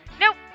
Nope